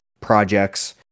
projects